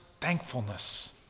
thankfulness